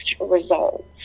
results